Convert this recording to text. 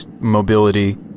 mobility